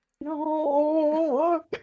No